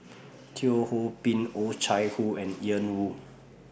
Teo Ho Pin Oh Chai Hoo and Ian Woo